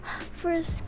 first